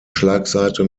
schlagseite